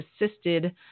assisted